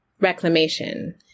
reclamation